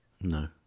No